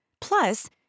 Plus